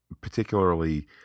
Particularly